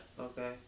Okay